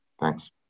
Thanks